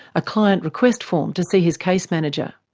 a client request form to see his case manager.